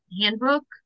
handbook